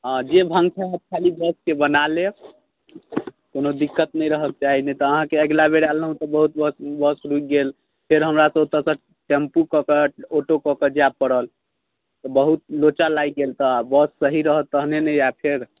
हँ जे भङठाए खाली बसके बना लेब कोनो दिक्कत नहि रहऽक चाही नहि तऽ अहाँकेँ अगिला बेर आएल रहौंँ तऽ बहुत बस बस रुकि गेल फेर हमरासे ओतऽसँ टेम्पू कऽ कऽ ओटो कऽ कऽ जाए पड़ल बहुत लोचा लागि गेल तऽ बस सही रहत तहने ने आयब फेर